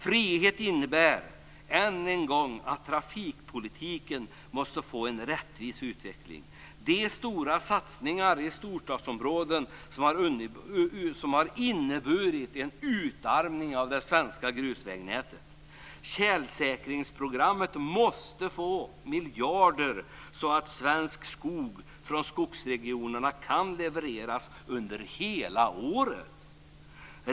Frihet innebär än en gång att trafikpolitiken måste få en rättvis utveckling. De stora satsningarna i storstadsområdena har inneburit en utarmning av det svenska grusvägnätet. Tjälsäkringsprogrammet måste få miljarder, så att svensk skog från skogsregionerna kan levereras under hela året.